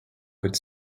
could